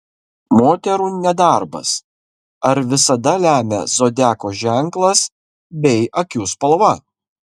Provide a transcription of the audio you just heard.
moterų nedarbas ar visada lemia zodiako ženklas bei akių spalva